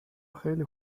خیلی